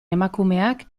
emakumeak